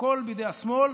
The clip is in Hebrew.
הכול בידי השמאל,